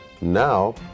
Now